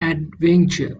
adventure